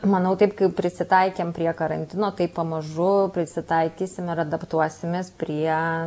manau taip kaip prisitaikėm prie karantino taip pamažu prisitaikysim ir adaptuosimės prie